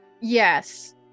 Yes